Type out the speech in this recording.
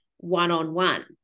one-on-one